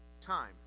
time